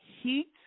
heat